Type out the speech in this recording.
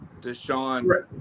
Deshaun